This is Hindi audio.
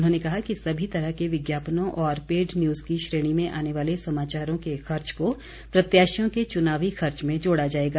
उन्होंने कहा कि सभी तरह के विज्ञापनों और पेड न्यूज़ की श्रेणी में आने वाले समाचारों के खर्च को प्रत्याशियों के चुनावी खर्च में जोड़ा जाएगा